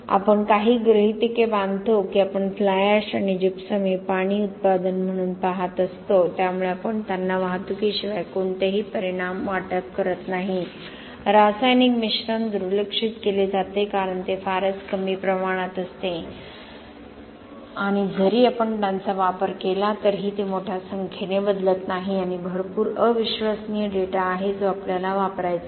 आपण काही गृहीतके बांधतो की आपण फ्लाय एश आणि जिप्सम हे पाणी उत्पादन म्हणून पाहत असतो त्यामुळे आपण त्यांना वाहतुकीशिवाय कोणतेही परिणाम वाटप करत नाही रासायनिक मिश्रण दुर्लक्षित केले जाते कारण ते फारच कमी प्रमाणात असते आणि जरी आपण त्यांचा वापर केला तरीही ते मोठ्या संख्येने बदलत नाही आणि भरपूर अविश्वसनीय डेटा आहे जो आपल्याला वापरायचा आहे